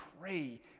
pray